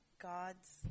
God's